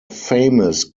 famous